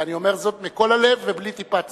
אני אומר זאת מכל הלב ובלי טיפת ציניות.